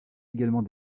également